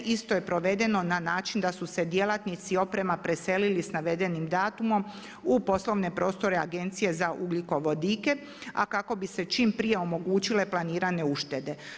Isto je provedeno na način da su se djelatnici oprema preselili sa navedenim datumom u poslovne prostore Agencije za ugljikovodike, a kako bi se čim prije omogućile planirane uštede.